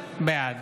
בעד